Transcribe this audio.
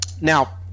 Now